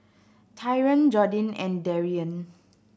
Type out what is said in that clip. Tyron Jordin and Darrion